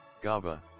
GABA